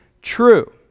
True